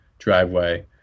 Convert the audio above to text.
driveway